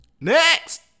Next